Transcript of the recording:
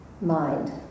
mind